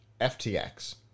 FTX